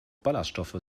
ballaststoffe